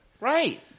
Right